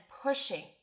pushing